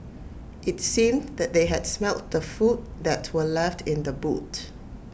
IT seemed that they had smelt the food that were left in the boot